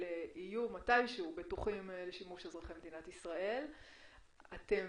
נעלם לחלוטין בתקשורת העולמית, אבל